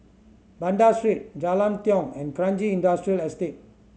Banda Street Jalan Tiong and Kranji Industrial Estate